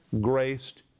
graced